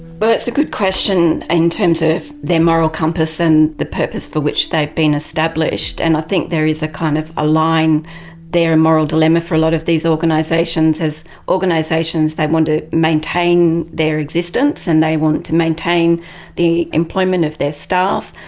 but it's a good question in terms of their moral compass and the purpose for which they've been established. and i think there is a kind of a line there, a moral dilemma for a lot of these organisations. as organisations they want to maintain their existence and they want to maintain the employment of their staff,